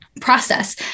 process